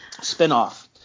spinoff